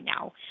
now